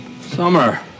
Summer